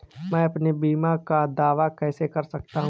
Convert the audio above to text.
मैं अपने बीमा का दावा कैसे कर सकता हूँ?